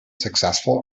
successful